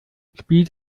spielt